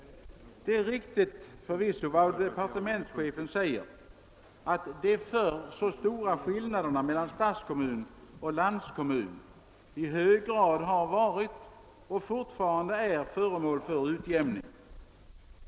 Det är riktigt som departementschefen säger att de förr så stora skillnaderna mellan stadskommun och landskommun i hög grad har varit och fortfarande är föremål för utjämning.